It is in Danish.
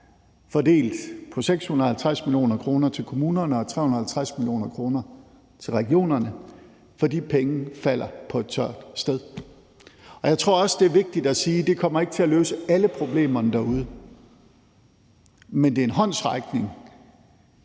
fordelt på 650 mio. kr. til kommunerne og 350 mio. kr. til regionerne, for de penge falder på et tørt sted. Jeg tror også, det er vigtigt at sige, at det ikke kommer til at løse alle problemerne derude, men det er en håndsrækning